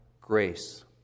grace